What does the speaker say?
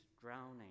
drowning